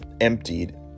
emptied